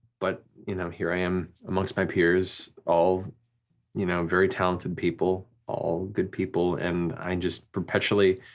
but you know here i am amongst my peers, all you know very talented people, all good people, and i'm just perpetually